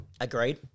Agreed